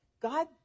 God